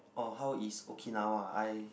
uh how is Okinawa I